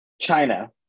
China